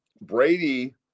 Brady